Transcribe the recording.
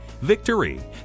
Victory